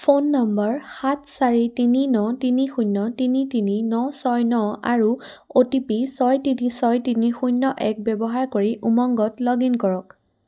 phone নম্বৰ সাত চাৰি তিনি ন তিনি শূন্য তিনি তিনি ন ছয় ন আৰু অ' টি পি ছয় তিনি ছয় তিনি শূন্য এক ব্যৱহাৰ কৰি উমংগত লগ ইন কৰক